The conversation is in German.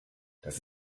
das